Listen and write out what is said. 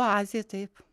oazė taip